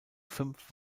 fünf